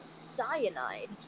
cyanide